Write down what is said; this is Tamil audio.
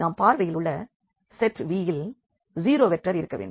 நாம் பார்வையில் உள்ள செட் V இல் ஜீரோ வெக்டர் இருக்க வேண்டும்